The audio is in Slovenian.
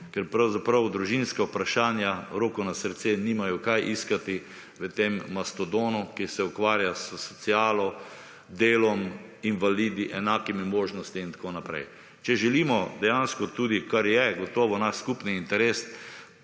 ker pravzaprav družinska vprašanja, roko na srce, nimajo kaj iskati v tem mastodonu, ki se ukvarja s socialo, delom, invalidi, enakimi možnostmi in tako naprej. Če želimo dejansko tudi kar je gotovo naš skupni interes